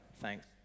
Thanks